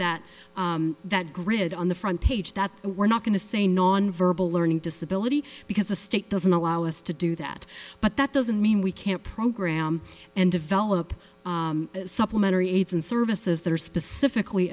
that that grid on the front page that we're not going to say nonverbal learning disability because the state doesn't allow us to do that but that doesn't mean we can't program and develop supplementary aids and services that are specifically